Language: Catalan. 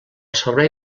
servei